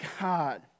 God